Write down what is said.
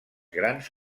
grans